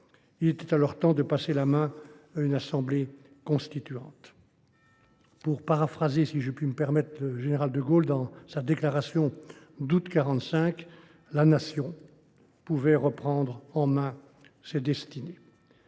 Il était alors temps de passer la main à une assemblée constituante. Pour paraphraser le général de Gaulle dans sa déclaration du 12 juillet 1945, la Nation pouvait « reprendre en main ses destinées